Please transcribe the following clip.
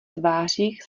tvářích